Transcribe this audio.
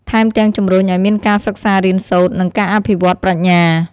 ថែមទាំងជំរុញឱ្យមានការសិក្សារៀនសូត្រ និងការអភិវឌ្ឍប្រាជ្ញា។